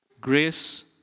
grace